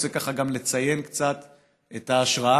רוצה ככה גם לציין קצת את ההשראה